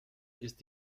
ist